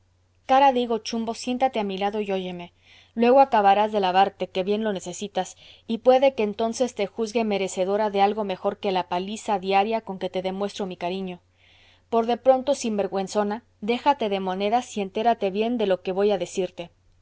de higo chumbo siéntate a mi lado y óyeme luego acabarás de lavarte que bien lo necesitas y puede que entonces te juzgue merecedora de algo mejor que la paliza diaria con que te demuestro mi cariño por de pronto sinvergüenzona déjate de monadas y entérate bien de lo que voy a decirte